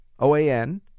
OAN